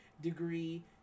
degree